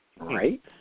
Right